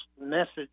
message